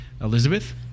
Elizabeth